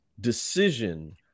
decision